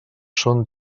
són